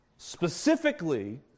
Specifically